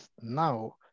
now